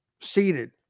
Seated